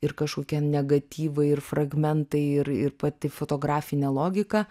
ir kažkokie negatyvai ir fragmentai ir ir pati fotografinė logika